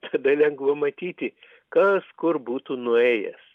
tada lengva matyti kas kur būtų nuėjęs